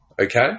Okay